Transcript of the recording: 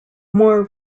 more